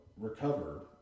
recover